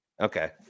Okay